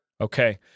Okay